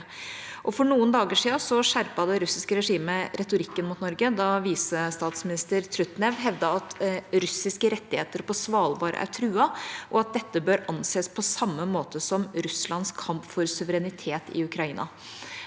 For noen dager siden skjerpet det russiske regimet retorikken mot Norge da visestatsminister Trutnev hevdet at russiske rettigheter på Svalbard er truet, og at dette bør anses på samme måte som Russlands kamp for suverenitet i Ukraina.